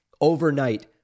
overnight